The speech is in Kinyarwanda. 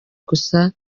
gusa